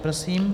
Prosím.